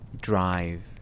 drive